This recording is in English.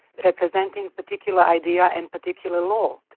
but representing particular idea and particular law,